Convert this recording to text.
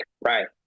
right